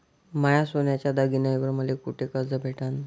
माया सोन्याच्या दागिन्यांइवर मले कुठे कर्ज भेटन?